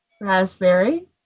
raspberry